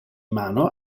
mano